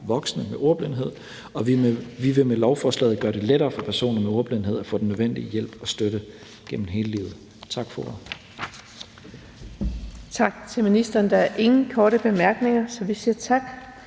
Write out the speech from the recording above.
voksne med ordblindhed, og vi vil med lovforslaget gøre det lettere for personer med ordblindhed at få den nødvendige hjælp og støtte gennem hele livet. Tak for ordet. Kl. 09:46 Den fg. formand (Birgitte Vind): Tak til ministeren. Der er ingen korte bemærkninger, så vi siger tak.